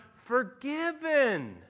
forgiven